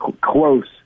close